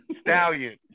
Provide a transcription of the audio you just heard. Stallion